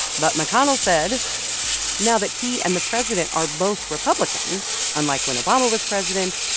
but mcconnell said now that he and the president are both republicans, unlike when obama was president,